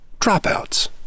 dropouts